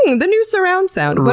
the new surround sound! but